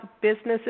businesses